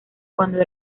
cuando